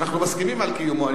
שאנחנו מסכימים על קיומו,